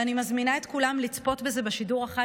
אני מזמינה את כולם לצפות בזה בשידור החי